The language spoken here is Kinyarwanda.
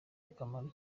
akamaro